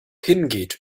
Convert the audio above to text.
hingeht